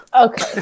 Okay